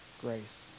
grace